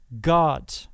God